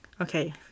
Okay